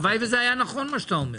הלוואי שזה היה נכון מה שאתה אומר.